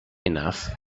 enough